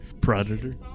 Predator